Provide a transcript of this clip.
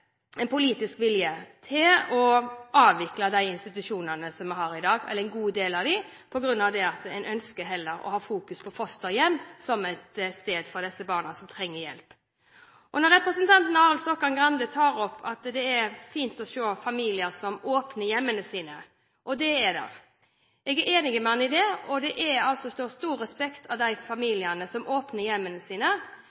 en politisk vilje til å avvikle en god del av de institusjonene vi har i dag, fordi man heller ønsker å fokusere på fosterhjem for disse barna som trenger hjelp. Representanten Stokkan-Grande tar opp at det er fint å se familier som åpner hjemmene sine. Det er det. Jeg er enig med ham i det. Det står stor respekt av de